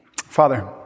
Father